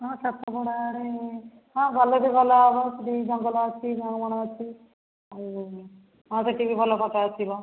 ହଁ ସାତପଡ଼ା ଆଡ଼େ ହଁ ଗଲେ ବି ଭଲ ହେବ ସେଠି ଜଙ୍ଗଲ ଅଛି ବଣ ମଣ ଅଛି ଆଉ ସେଠି ବି ଭଲ ଫୋଟୋ ଆସିବ